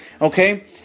Okay